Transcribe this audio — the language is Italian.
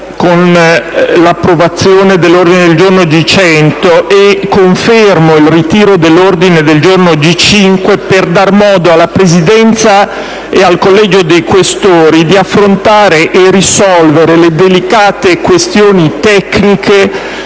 con l'approvazione dell'ordine del giorno G100 e confermo il ritiro dell'ordine del giorno G5 per dare modo alla Presidenza e al Collegio dei senatori Questori di affrontare e risolvere le delicate questioni tecniche